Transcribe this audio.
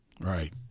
Right